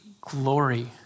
glory